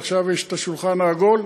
ועכשיו יש את השולחן העגול.